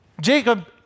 Jacob